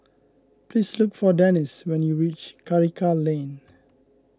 please look for Denis when you reach Karikal Lane